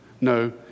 No